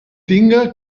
tinga